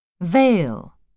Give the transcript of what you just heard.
Veil